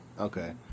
Okay